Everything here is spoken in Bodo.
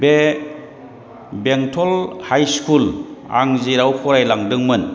बे बेंटल हाइ स्कुल आं जेराव फरायलांदोंमोन